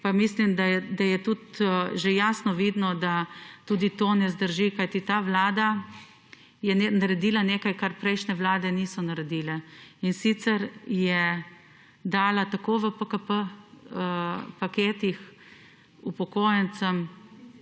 pa mislim, da je tudi že jasno vidno, da tudi to ne zdrži, kajti ta Vlada je naredila nekaj kar prejšnje Vlade niso naredile in sicer je dala tako v PKP paketih upokojencem